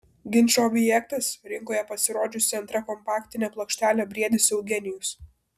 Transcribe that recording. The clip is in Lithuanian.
ginčo objektas rinkoje pasirodžiusi antra kompaktinė plokštelė briedis eugenijus